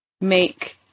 make